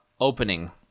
opening